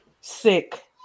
Sick